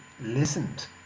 listened